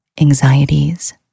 anxieties